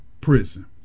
prison